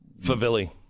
Favilli